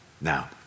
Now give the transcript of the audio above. now